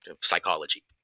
psychology